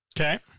Okay